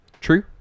True